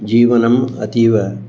जीवनम् अतीव